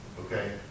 okay